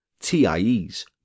TIEs